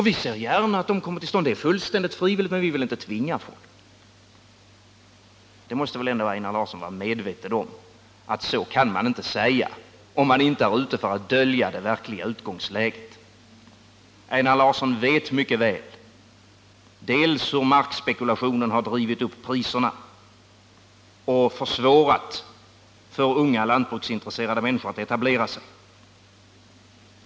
Vi ser gärna att sådana kommer till stånd. Det är fullständigt frivilligt att skapa dem, men vi vill inte tvinga folk. Så kan man väl ändå inte säga, om man inte är ute för att dölja det verkliga utgångsläget. Einar Larsson vet mycket väl att markspekulationen har drivit upp priserna och försvårat för unga lantbruksintresserade människor att etablera sig.